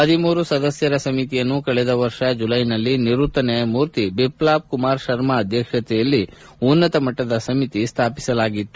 ಹದಿಮೂರು ಸದಸ್ಯರ ಸಮಿತಿಯನ್ನು ಕಳೆದ ವರ್ಷ ಜುಲೈನಲ್ಲಿ ನಿವೃತ್ತ ನ್ಯಾಯಮೂರ್ತಿ ಬಿಪ್ಲಾಬ್ ಕುಮಾರ್ ಶರ್ಮಾ ಅಧ್ಯಕ್ಷತೆಯಲ್ಲಿ ಉನ್ನತ ಮಟ್ಟದ ಸಮಿತಿ ಸ್ಥಾಪಿಸಲಾಗಿತ್ತು